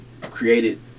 created